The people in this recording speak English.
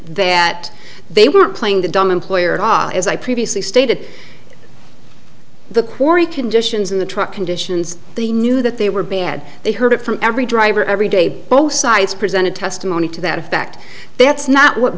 that they were playing the dumb employer god as i previously stated the quarry conditions in the truck conditions they knew that they were bad they heard it from every driver every day both sides presented testimony to that effect that's not what